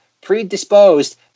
predisposed